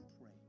pray